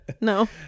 No